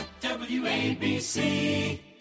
W-A-B-C